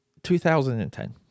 2010